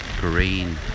green